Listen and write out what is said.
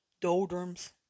doldrums